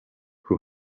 who